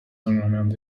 tournament